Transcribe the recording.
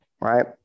right